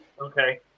Okay